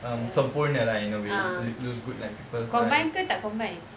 um sempurna lah in a way looks good like people side